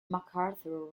macarthur